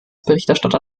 berichterstatter